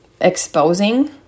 exposing